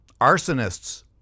arsonists